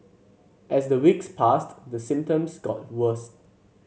as the weeks passed the symptoms got worse